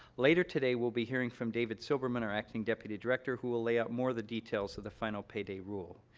later today, we'll be hearing from david silberman, our acting deputy director, who will lay out more of the details of the final payday rule.